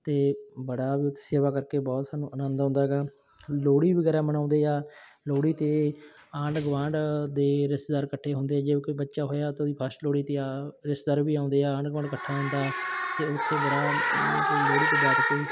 ਅਤੇ ਬੜਾ ਵੀ ਸੇਵਾ ਕਰਕੇ ਬਹੁਤ ਸਾਨੂੰ ਆਨੰਦ ਆਉਂਦਾ ਹੈਗਾ ਲੋਹੜੀ ਵਗੈਰਾ ਮਨਾਉਂਦੇ ਆ ਲੋਹੜੀ 'ਤੇ ਆਂਢ ਗਆਂਢ ਦੇ ਰਿਸ਼ਤੇਦਾਰ ਇਕੱਠੇ ਹੁੰਦੇ ਜੇ ਕੋਈ ਬੱਚਾ ਹੋਇਆ ਤਾਂ ਉਹਦੀ ਫਸਟ ਲੋਹੜੀ 'ਤੇ ਆ ਰਿਸ਼ਤੇਦਾਰ ਵੀ ਆਉਂਦੇ ਆਂਢ ਗੁਆਂਢ ਇਕੱਠਾ ਹੁੰਦਾ ਅਤੇ ਉੱਥੇ ਬੜਾ ਮਤਲਬ ਲੋਹੜੀ 'ਤੇ ਬੈਠ ਕੇ